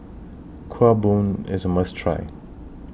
Kuih Bom IS A must Try